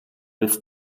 with